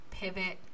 pivot